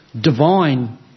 divine